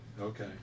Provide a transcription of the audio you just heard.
Okay